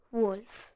wolf